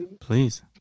please